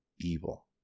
evil